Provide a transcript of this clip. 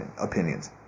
opinions